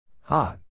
Hot